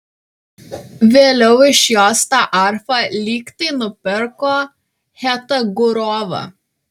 vėliau iš jos tą arfą lyg tai nupirko chetagurova